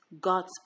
God's